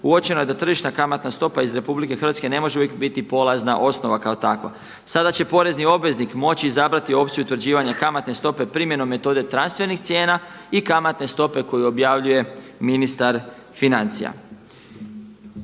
uočeno je da tržišna kamatna stopa iz RH ne može uvijek biti polazna osnova kao takva. Sada će porezni obveznik moći izabrati opciju utvrđivanja kamatne stope primjenom metode transfernih cijena i kamatne stope koju objavljuje ministar financija.